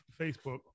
Facebook